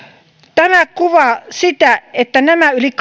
tämä kuvaa sitä että näiden yli